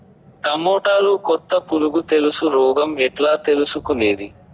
టమోటాలో కొత్త పులుగు తెలుసు రోగం ఎట్లా తెలుసుకునేది?